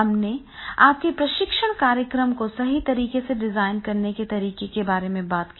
हमने आपके प्रशिक्षण कार्यक्रम को सही तरीके से डिजाइन करने के तरीके के बारे में बात की है